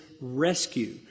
rescue